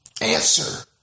answer